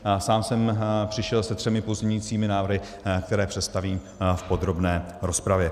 Já sám jsem přišel se třemi pozměňujícími návrhy, které představím v podrobné rozpravě.